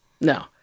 No